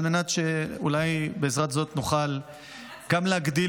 על מנת שאולי בעזרת זאת נוכל גם להגדיל